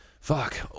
fuck